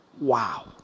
Wow